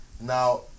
now